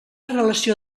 relació